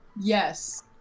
Yes